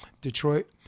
Detroit